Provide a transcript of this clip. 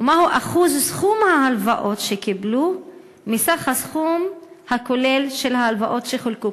ומה אחוז וסכום ההלוואות שקיבלו מהסכום הכולל של ההלוואות שחולקו?